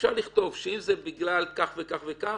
אפשר לכתוב שאם זה בכלל כך וכך וכך,